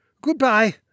Goodbye